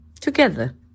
together